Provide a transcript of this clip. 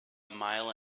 mile